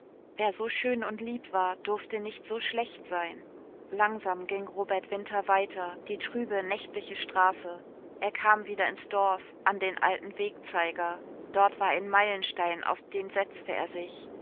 wer so schön und lieb war durfte nicht so schlecht sein langsam ging robert winter weiter die trübe nächtliche straße er kam wieder ins dorf an den alten wegzeiger dort war ein meilenstein auf den setzte er sich